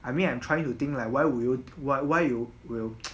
I mean I'm trying to think like why would you what why you will